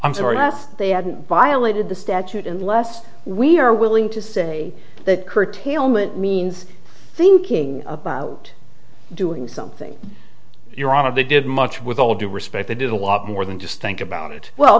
i'm sorry as they hadn't violated the statute in the less we are willing to say that curtailment means thinking about doing something your honor they did much with all due respect they did a lot more than just think about it well